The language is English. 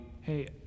Hey